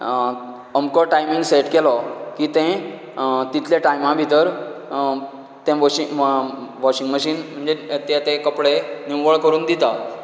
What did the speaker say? अमको timing set केलो की तें तितले टायमा भितर ते वॉशिंग वॉशिंग मशीन म्हणजे तें तें कपडे निव्वळ करून दिता